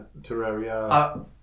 Terraria